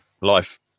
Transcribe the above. Life